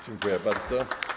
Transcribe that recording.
Dziękuję bardzo.